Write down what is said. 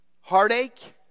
Heartache